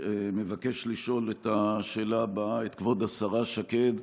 מבקש לשאול את השאלה הבאה את כבוד השרה שקד,